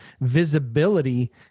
visibility